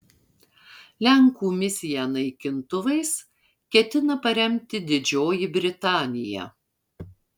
lenkų misiją naikintuvais ketina paremti didžioji britanija